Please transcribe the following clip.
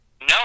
no